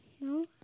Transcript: No